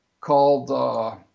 called